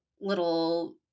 little